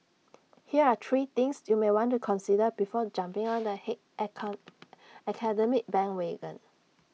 here are three things you may want to consider before jumping on the hate icon academic bandwagon